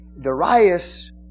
Darius